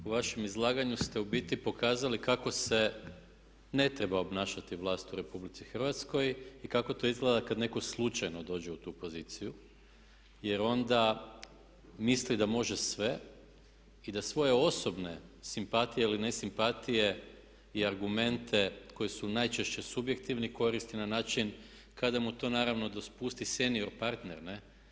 U vašem izlaganju ste u biti pokazali kako se ne treba obnašati vlast u Republici Hrvatskoj i kako to izgleda kad netko slučajno dođe u tu poziciju jer onda misli da može sve i da svoje osobne simpatije ili nesimpatije i argumente koji su najčešće subjektivni koristi na način kada mu to naravno dopusti senior partner ne'